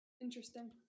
Interesting